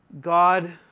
God